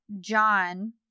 John